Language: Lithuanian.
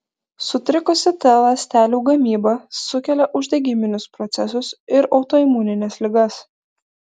sutrikusi t ląstelių gamyba sukelia uždegiminius procesus ir autoimunines ligas